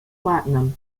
platinum